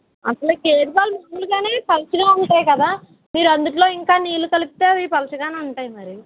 అసలే గేదె పాలు ముందుగానే పలచగా ఉంటాయి కదా మీరు అందిలో ఇంకా నీళ్లు కలిపితే అవి పలచగానే ఉంటాయి మరి